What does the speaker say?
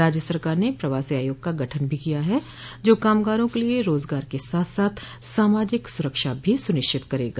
राज्य सरकार ने प्रवासी आयोग का गठन भी किया है जो कामगारों के लिए रोजगार के साथ साथ सामाजिक सुरक्षा भी सुनिश्चित करेगा